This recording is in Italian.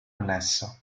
annesso